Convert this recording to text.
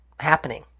happening